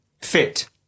Fit